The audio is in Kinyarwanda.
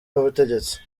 n’ubutegetsi